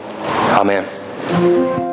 Amen